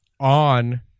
on